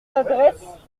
adresse